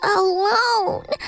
alone